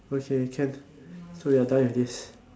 okay can so we're done with this